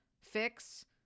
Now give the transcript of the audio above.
fix